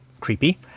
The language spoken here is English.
creepy